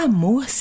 Amor